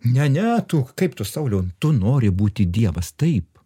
ne ne tu kaip tu sauliau tu nori būti dievas taip